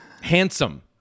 handsome